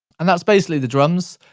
and that's basically the drums,